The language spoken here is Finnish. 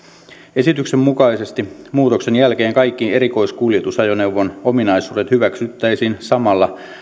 esityksen mukaisesti muutoksen jälkeen kaikki erikoiskuljetusajoneuvon ominaisuudet hyväksyttäisiin samalla